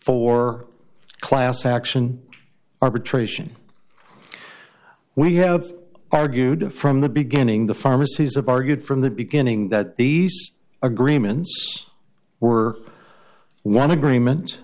for class action arbitration we have argued from the beginning the pharmacy's of argued from the beginning that these agreements were one agreement